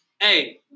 hey